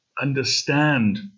understand